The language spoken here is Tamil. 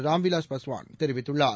ராம்விலாஸ் பாஸ்வான் தெரிவித்துள்ளார்